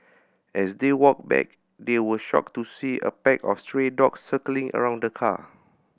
as they walked back they were shocked to see a pack of stray dogs circling around the car